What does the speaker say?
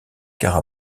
cara